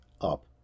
up